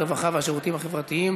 הרווחה והשירותים החברתיים